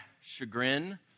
chagrin